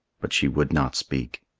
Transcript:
but she would not speak.